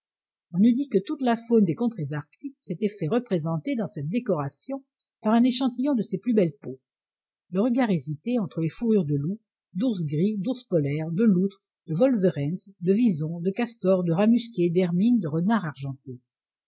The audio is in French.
on eût dit que toute la faune des contrées arctiques s'était fait représenter dans cette décoration par un échantillon de ses plus belles peaux le regard hésitait entre les fourrures de loups d'ours gris d'ours polaires de loutres de wolvérènes de wisons de castors de rats musqués d'hermines de renards argentés